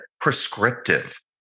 prescriptive